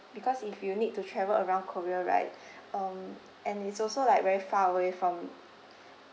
because if you need to travel around korea right um and it's also like very far away from